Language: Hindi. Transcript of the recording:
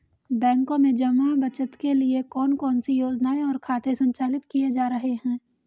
बैंकों में जमा बचत के लिए कौन कौन सी योजनाएं और खाते संचालित किए जा रहे हैं?